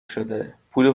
شده، پول